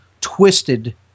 twisted